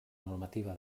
normativa